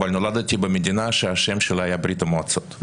אבל נולדתי במדינה שהשם שלה היה ברית המועצות,